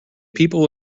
people